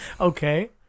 Okay